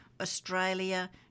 Australia